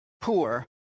poor